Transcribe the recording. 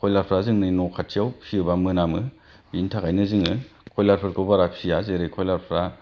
कयलारफोरा जोंनि न' खाथियाव फिसियोब्ला मोनामो बेनि थाखायनो जोङो कयलारफोरखौ बारा फिसिया जेरै कयलारफ्रा